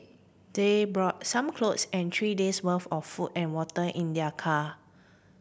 they brought some clothes and three days worth of food and water in their car